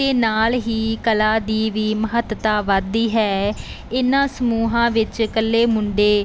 ਅਤੇ ਨਾਲ ਹੀ ਕਲਾ ਦੀ ਵੀ ਮਹੱਤਤਾ ਵੱਧਦੀ ਹੈ ਇਹਨਾਂ ਸਮੂਹਾਂ ਵਿੱਚ ਇਕੱਲੇ ਮੁੰਡੇ